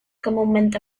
comúnmente